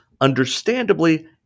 understandably